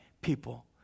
people